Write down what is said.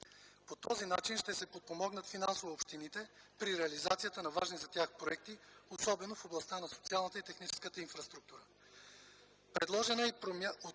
По този начин ще се подпомогнат финансово общините при реализацията на важни за тях проекти, особено в областта на социалната и техническата инфраструктура.